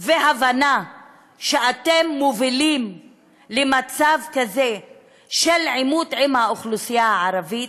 והבנה שאתם מובילים למצב כזה של עימות עם האוכלוסייה הערבית?